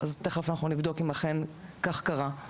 מיד נבדוק אם אכן כך קרה.